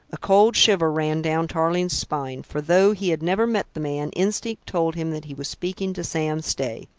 a cold shiver ran down tarling's spine for, though he had never met the man, instinct told him that he was speaking to sam stay.